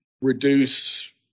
reduce